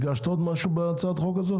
הגשת עוד משהו בהצעת החוק הזו?